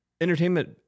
entertainment